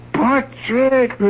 portrait